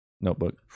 Notebook